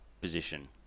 position